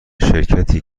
شرکتی